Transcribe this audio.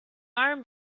arm